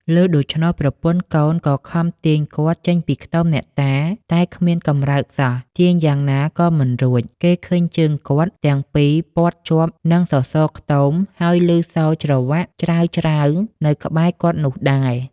ឮដូច្នោះ ប្រពន្ធកូនក៏ខំទាញគាត់ចេញពីខ្ទម អ្នកតា តែគ្មានកម្រើកសោះ ទាញយ៉ាងណាក៏មិនរួច គេឃើញជើងគាត់ទាំងពីរព័ទ្ធជាប់នឹងសសរខ្ទម ហើយ ឮសូរច្រវាក់ច្រាវៗនៅក្បែរគាត់នោះដែរ ។